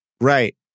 Right